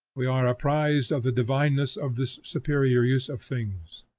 we are apprised of the divineness of this superior use of things,